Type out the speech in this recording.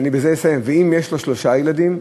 ואני בזה אסיים, ואם יש לו שלושה ילדים?